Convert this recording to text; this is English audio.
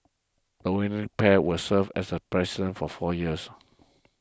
the winning pair will serve as President for four years